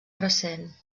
recent